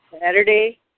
Saturday